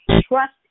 trust